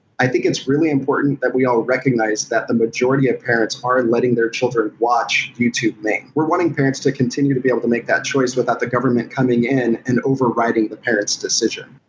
i think it's really important that we all recognize that the majority of parents are letting their children watch youtube main. we're wanting parents to continue to be able to make that choice without the government coming in and overriding the parents' decision.